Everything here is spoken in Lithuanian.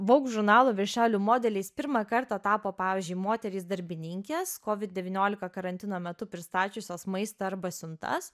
vogue žurnalų viršelių modeliais pirmą kartą tapo pavyzdžiui moterys darbininkės covid devyniolika karantino metu pristačiusios maistą arba siuntas